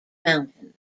mountains